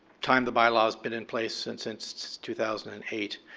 time the by law's been in place since since two thousand and eight.